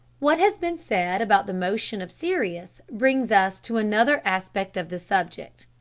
what has been said about the motion of sirius brings us to another aspect of this subject.